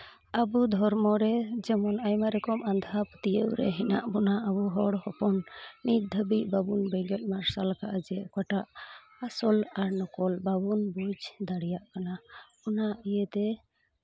ᱟᱵᱚ ᱫᱷᱚᱨᱢᱚ ᱨᱮ ᱡᱮᱢᱚᱱ ᱟᱭᱢᱟ ᱨᱚᱠᱚᱢ ᱟᱸᱫᱷᱟ ᱯᱟᱹᱛᱭᱟᱹᱣ ᱨᱮ ᱦᱮᱱᱟᱜ ᱵᱳᱱᱟ ᱟᱵᱚ ᱦᱚᱲ ᱦᱚᱯᱚᱱ ᱱᱤᱛ ᱫᱷᱟᱹᱵᱤᱡ ᱵᱟᱵᱚᱱ ᱵᱮᱸᱜᱮᱫ ᱢᱟᱨᱥᱟᱞ ᱟᱠᱟᱫᱟ ᱡᱮ ᱚᱠᱟᱴᱟᱜ ᱟᱥᱚᱞ ᱟᱨ ᱱᱚᱠᱚᱞ ᱵᱟᱵᱚᱱ ᱵᱩᱡᱽ ᱫᱟᱲᱮᱭᱟᱜ ᱠᱟᱱᱟ ᱚᱱᱟ ᱤᱭᱟᱹᱛᱮ